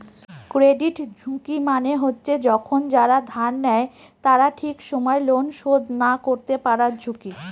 credit ঝুঁকি মানে হচ্ছে যখন যারা ধার নেয় তারা ঠিক সময় লোন শোধ না করতে পারার ঝুঁকি